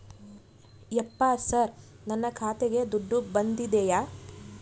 ಯಪ್ಪ ಸರ್ ನನ್ನ ಖಾತೆಗೆ ದುಡ್ಡು ಬಂದಿದೆಯ?